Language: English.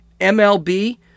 MLB